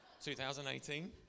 2018